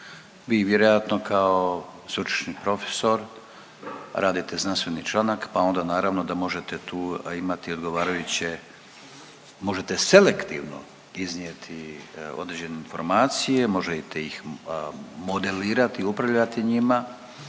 Vi vjerojatno kao sveučilišni profesor radite znanstveni članak pa onda naravno da možete tu imati odgovarajuće, možete selektivno iznijeti određene informacije, možete ih modelirati, upravljati njima,